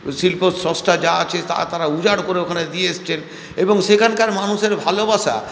শিল্প স্রষ্টা যা আছে তাদের তা উজার করে ওখানে দিয়ে এসেছেন এবং সেইখানকার মানুষের ভালোবাসা